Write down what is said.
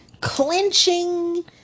clenching